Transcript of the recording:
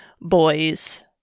boys